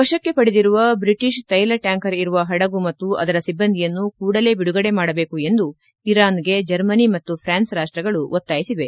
ವಶಕ್ಕೆ ಪಡೆದಿರುವ ಬ್ರಿಟಿಷ್ ಕೈಲ ಟ್ಯಾಂಕರ್ ಇರುವ ಪಡಗು ಮತ್ತು ಅದರ ಸಿಬ್ಬಂದಿಯನ್ನು ಕೂಡಲೇ ಬಿಡುಗಡೆ ಮಾಡಬೇಕು ಎಂದು ಇರಾನ್ಗೆ ಜರ್ಮನಿ ಮತ್ತು ಪೂನ್ಸ್ ರಾಷ್ಷಗಳು ಒತ್ತಾಯಿಸಿದೆ